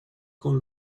con